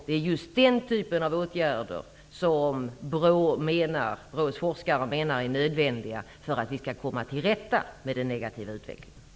Det är just den typen av åtgärder som BRÅ:s forskare menar är nödvändiga för att vi skall komma till rätta med den negativa utvecklingen.